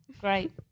great